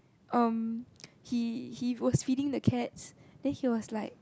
um he he was feeding the cats then he was like